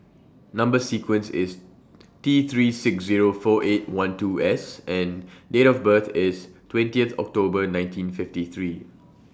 Number sequence IS T three six Zero four eight one two S and Date of birth IS twentieth October nineteen fifty three